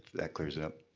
that clears it up.